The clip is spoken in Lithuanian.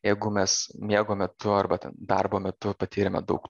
jeigu mes miego metu arba ten darbo metu patyrėme daug